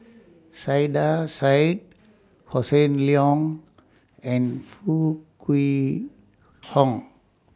Saiedah Said Hossan Leong and Foo Kwee Horng